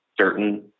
certain